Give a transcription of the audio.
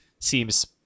seems